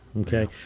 Okay